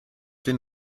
den